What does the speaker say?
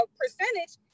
percentage